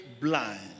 blind